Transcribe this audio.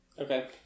Okay